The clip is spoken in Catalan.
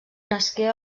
nasqué